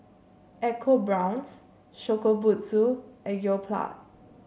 EcoBrown's Shokubutsu and Yoplait